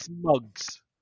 mugs